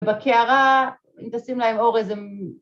‫בקערה, אם תשים להם אור איזה...